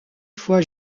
foi